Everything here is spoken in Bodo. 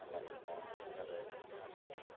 खामानि मावनाय आरो बिसोरनि